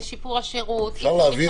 בשיפור השירות, אי-אפשר לחיות